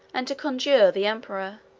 and to congradulate the emperor,